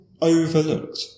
overlooked